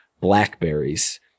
Blackberries